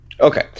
Okay